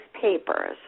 papers